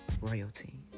royalty